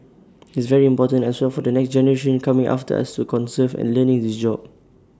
IT is very important as well for the next generation coming after us to conserve and learn this job